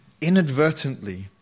inadvertently